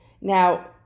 Now